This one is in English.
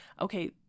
okay